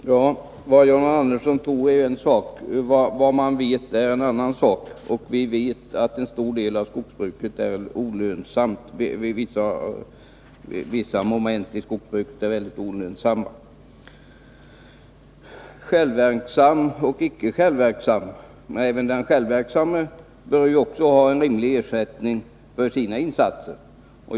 Herr talman! Vad John Andersson tror är en sak — vad man vet är en annan. Vi vet att en stor del av skogsbruket är olönsamt. Vissa moment i skogsbruket är mycket olönsamma. John Andersson skiljer på självverksamma och icke självverksamma. Även den självverksamme bör ju ha en rimlig ersättning för sina insatser.